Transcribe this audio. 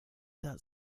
that